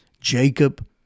Jacob